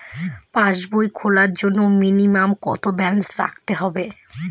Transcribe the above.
পাসবই খোলার জন্য মিনিমাম কত ব্যালেন্স রাখতে হবে?